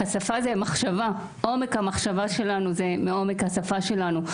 השפה זה מחשבה עומק המחשבה שלנו היא כעומק השפה שלנו.